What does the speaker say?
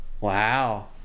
Wow